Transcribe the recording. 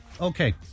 Okay